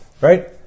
right